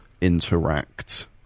interact